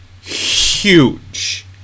huge